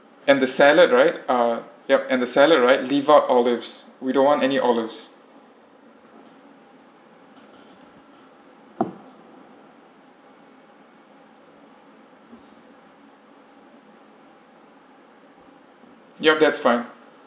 and the salad right uh yup and the salad right leave out olives we don't want any olives yup that's fine